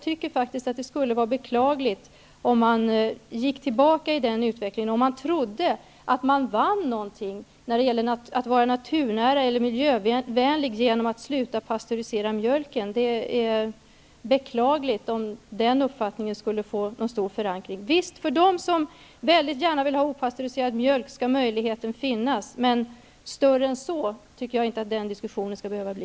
Det skulle vara beklagligt om man gick tillbaka i utvecklingen och trodde att man vann någonting när det gäller att vara naturnära eller miljövänlig genom att sluta att pastörisera mjölken. Det är beklagligt om den uppfattningen skulle få någon stor förankring. Visst skall möjligheten finnas för dem som väldigt gärna vill ha opastöriserad mjölk, men större än så tycker jag inte att diskussionen skall behöva bli.